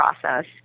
process